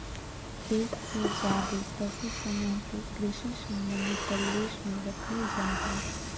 एक से ज्यादे पशु समूह के कृषि संबंधी परिवेश में रखल जा हई